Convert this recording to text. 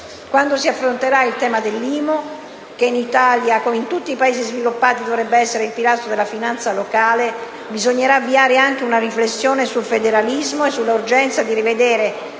Quando si affronterà il tema dell'IMU che in Italia, come in tutti i Paesi sviluppati, dovrebbe essere il pilastro della finanza locale, bisognerà avviare anche una riflessione sul federalismo e sull'urgenza di rivedere